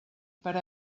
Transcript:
per